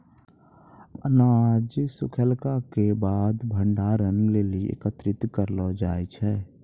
अनाज सूखैला क बाद भंडारण लेलि एकत्रित करलो जाय छै?